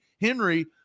Henry